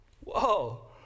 Whoa